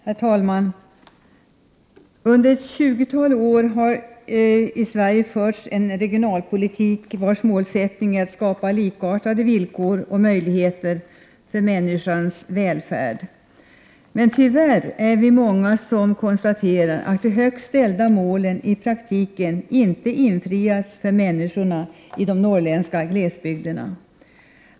Herr talman! Det har under ett tjugotal år i Sverige förts en regionalpolitik vars mål är att skapa likartade villkor och möjligheter för människans välfärd. Men tyvärr är vi många som konstaterar att de högt ställda målen i praktiken inte infriats för människorna i de norrländska glesbygderna.